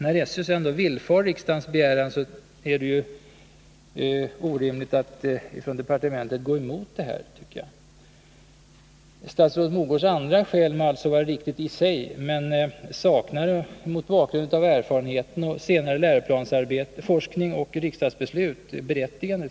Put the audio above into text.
När SÖ sedan villfar riksdagens begäran är det ju orimligt att departementet går emot detta. Statsrådet Mogårds andra skäl må alltså vara riktigt i sig men saknar, mot bakgrund av erfarenhet, senare läroplansforskning mot riksdagsbeslutet, berättigande.